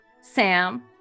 Sam